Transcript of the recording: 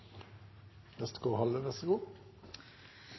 i stortingssalen. Vær så god,